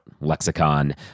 Lexicon